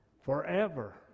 forever